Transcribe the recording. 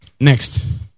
Next